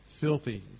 filthy